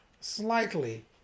slightly